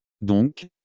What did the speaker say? Donc